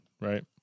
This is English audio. right